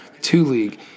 Two-league